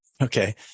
Okay